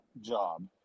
job